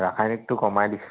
ৰাসায়নিকটো কমাই দিছে